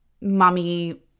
mummy